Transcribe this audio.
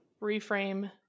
reframe